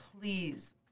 please